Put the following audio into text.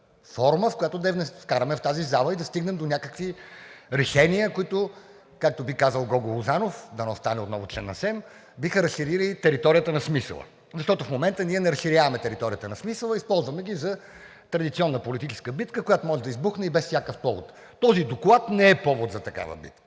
в която да я вкараме в тази зала и да стигнем до някакви решения, които, както би казал Гого Лозанов, дано стане отново член на СЕМ, биха разширили територията на смисъла. Защото в момента ние не разширяваме територията на смисъла, използваме ги за традиционна политическа битка, която може да избухне и без всякакъв повод. Този доклад не е повод за такава битка.